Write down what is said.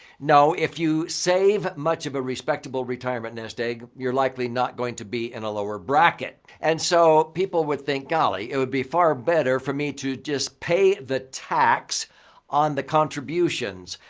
no. if you save much of a respectable retirement nest egg, you're likely not going to be in a lower bracket. and so, people would think, golly, it would be far better for me to just pay the tax on the contributions,